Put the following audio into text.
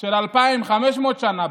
של אלפיים וחמש מאות שנה,